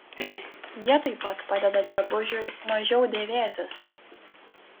jie taip pat padeda drabužiui mažiau dėvėtis